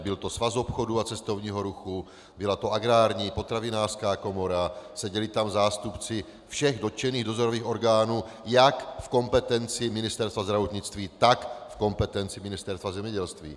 Byl to Svaz obchodu a cestovního ruchu, byla to Agrární a potravinářská komora, seděli tam zástupci všech dotčených dozorových orgánů jak v kompetenci Ministerstva zdravotnictví, tak v kompetenci Ministerstva zemědělství.